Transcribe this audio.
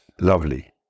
lovely